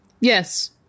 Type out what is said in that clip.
Yes